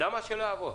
למה שלא יעבור?